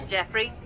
Jeffrey